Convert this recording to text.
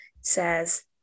says